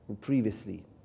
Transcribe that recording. previously